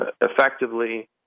effectively